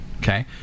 Okay